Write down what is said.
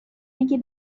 اینکه